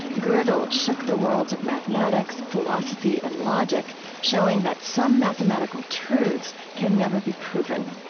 godel shook the worlds of mathematics, philosophy, and logic showing that some mathematical truths can never be proven.